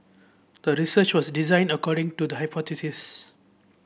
the research was designed according to the hypothesis